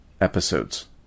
episodes